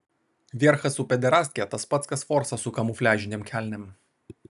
vierchas su pederastke tas pats kas forsas su kamufliažinėm kelnėm